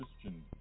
Christian